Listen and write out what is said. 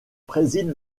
préside